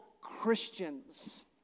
Christians